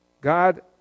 God